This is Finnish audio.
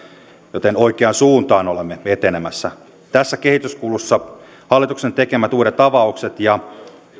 joten oikeaan suuntaan olemme etenemässä tässä kehityskulussa hallituksen tekemät uudet avaukset ja